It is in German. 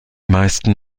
meisten